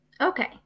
Okay